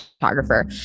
photographer